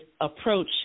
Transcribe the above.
approach